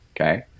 okay